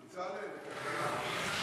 בצלאל, לכלכלה.